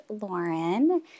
Lauren